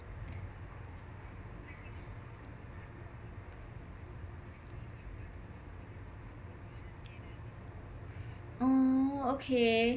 oh okay